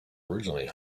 originally